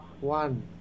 one